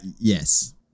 yes